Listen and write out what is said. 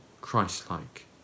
Christ-like